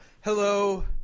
hello